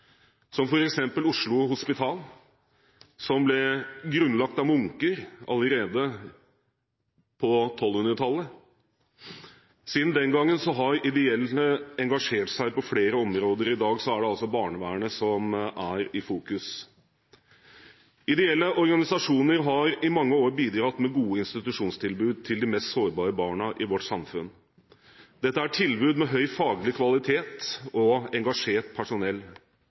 som f.eks. Oslo Hospital, som ble grunnlagt av munker allerede på 1200-tallet. Siden den gangen har ideelle engasjert seg på flere områder, og i dag er det altså barnevernet som er i fokus. Ideelle organisasjoner har i mange år bidratt med gode institusjonstilbud til de mest sårbare barna i vårt samfunn. Dette er tilbud med høy faglig kvalitet og engasjert personell.